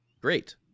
great